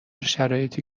شرایطی